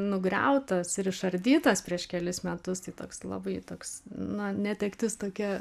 nugriautas ir išardytas prieš kelis metus tai toks labai toks nu netektis tokia